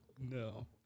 No